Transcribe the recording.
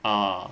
ah